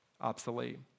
obsolete